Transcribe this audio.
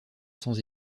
sans